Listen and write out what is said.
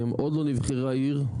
עוד לא נבחרה עיר.